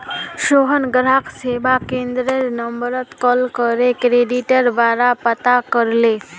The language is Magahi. सोहन ग्राहक सेवा केंद्ररेर नंबरत कॉल करे क्रेडिटेर बारा पता करले